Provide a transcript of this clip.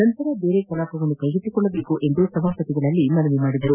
ನಂತರ ಬೇರೆ ಕಲಾಪವನ್ನು ಕೈಗೆತ್ತಿಕೊಳ್ಳಬೇಕು ಎಂದು ಸಭಾಪತಿ ಅವರಲ್ಲಿ ಮನವಿ ಮಾಡಿದರು